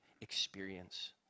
experience